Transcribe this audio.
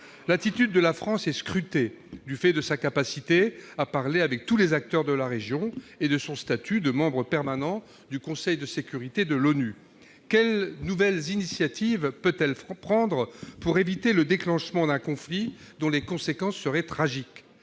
L'attitude de la France est scrutée, du fait de sa capacité à parler avec tous les acteurs de la région et de son statut de membre permanent du Conseil de sécurité de l'ONU. Quelles nouvelles initiatives peut-elle prendre pour éviter le déclenchement d'un conflit dont les conséquences seraient tragiques ?